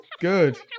good